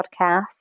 podcast